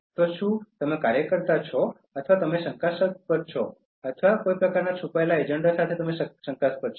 તો શું તમે કાર્યકર્તા છો અથવા અથવા તમે શંકાસ્પદ છો અથવા કોઈક પ્રકારનાં છુપાયેલા એજન્ડા સાથે તમે શંકાસ્પદ છો